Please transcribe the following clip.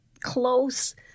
close